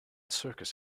circus